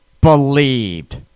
believed